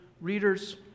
readers